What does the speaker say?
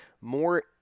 more